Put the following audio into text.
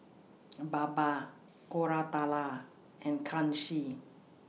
Baba Koratala and Kanshi